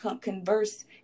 converse